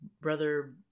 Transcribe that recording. brother